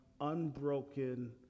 unbroken